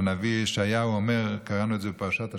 שהנביא ישעיהו אומר, קראנו את זה בפרשת השבוע: